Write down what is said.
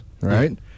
right